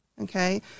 Okay